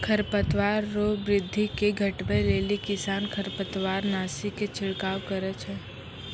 खरपतवार रो वृद्धि के घटबै लेली किसान खरपतवारनाशी के छिड़काव करै छै